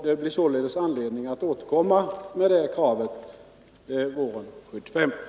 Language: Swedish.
Vi får sålunda anledning att återkomma med det kravet våren 1975.